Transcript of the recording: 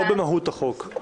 לא במהות החוק.